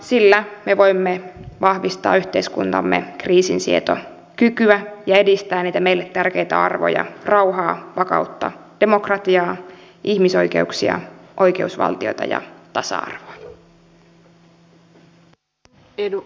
sillä me voimme vahvistaa yhteiskuntamme kriisinsietokykyä ja edistää niitä meille tärkeitä arvoja rauhaa vakautta demokratiaa ihmisoikeuksia oikeusvaltiota ja tasa arvoa